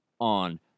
on